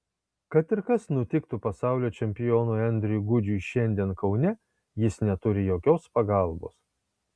kad ir kas nutiktų pasaulio čempionui andriui gudžiui šiandien kaune jis neturi jokios pagalbos